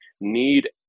need